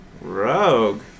Rogue